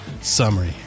summary